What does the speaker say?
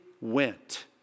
went